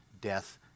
death